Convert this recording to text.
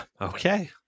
Okay